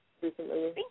recently